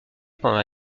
pendant